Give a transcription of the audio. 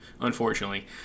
unfortunately